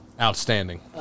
Outstanding